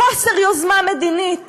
חוסר יוזמה מדינית